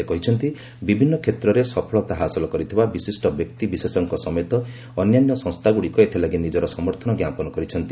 ସେ କହିଛନ୍ତି ବିଭିନ୍ନ କ୍ଷେତ୍ରରେ ସଫଳତା ହାସଲ କରିଥିବା ବିଶିଷ୍ଟ ବ୍ୟକ୍ତିବିଶେଷଙ୍କ ସମେତ ଅନ୍ୟାନ୍ୟ ସଂସ୍ଥାଗୁଡ଼ିକ ଏଥିଲାଗି ନିଜର ସମର୍ଥନ ଜ୍ଞାପନ କରିଛନ୍ତି